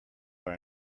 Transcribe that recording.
are